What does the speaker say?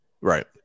Right